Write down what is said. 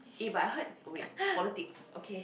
eh but I heard oh wait politics okay